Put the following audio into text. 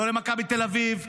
לא למכבי תל אביב,